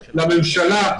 לממשלה,